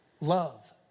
Love